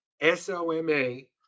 S-O-M-A